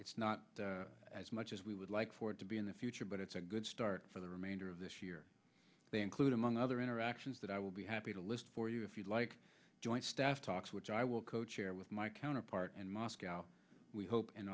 it's not as much as we would like for it to be in the future but it's a good start for the remainder of this year they include among other interactions that i will be happy to list for you if you like joint staff talks which i will co chair with my counterpart and moscow we hope in